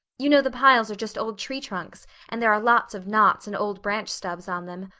you know the piles are just old tree trunks and there are lots of knots and old branch stubs on them.